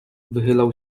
wychylał